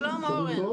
שלום.